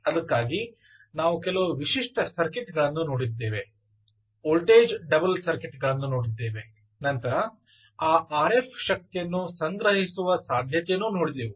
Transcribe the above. ಅದಕ್ಕಾಗಿ ನಾವು ಕೆಲವು ವಿಶಿಷ್ಟ ಸರ್ಕ್ಯೂಟ್ಗಳನ್ನು ನೋಡಿದ್ದೇವೆ ವೋಲ್ಟೇಜ್ ಡಬಲ್ ಸರ್ಕ್ಯೂಟ್ಗಳನ್ನು ನೋಡಿದ್ದೇವೆ ನಂತರ ಆ ಆರ್ ಎಫ್ ಶಕ್ತಿಯನ್ನು ಸಂಗ್ರಹಿಸುವ ಸಾಧ್ಯತೆಯನ್ನು ನೋಡಿದೆವು